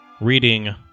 reading